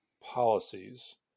policies